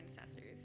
ancestors